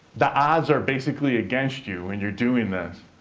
the odds are basically against you when you're doing this.